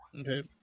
Okay